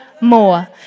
more